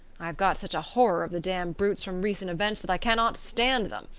i have got such a horror of the damned brutes from recent events that i cannot stand them,